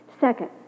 Second